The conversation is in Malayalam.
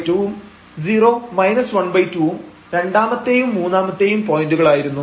0½ ഉം 0 ½ ഉം രണ്ടാമത്തെയും മൂന്നാമത്തെയും പോയന്റുകൾ ആയിരുന്നു